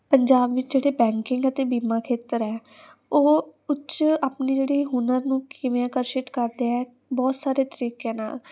ਪੰਜਾਬ ਵਿੱਚ ਜਿਹੜੇ ਬੈਂਕਿੰਗ ਅਤੇ ਬੀਮਾ ਖੇਤਰ ਹੈ ਉਹ ਉੱਚ ਆਪਣੀ ਜਿਹੜੀ ਹੁਨਰ ਨੂੰ ਕਿਵੇਂ ਆਕਰਸ਼ਿਤ ਕਰਦੇ ਹੈ ਬਹੁਤ ਸਾਰੇ ਤਰੀਕਿਆਂ ਨਾਲ